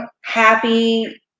happy